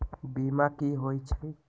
बीमा कि होई छई?